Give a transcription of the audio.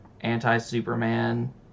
anti-Superman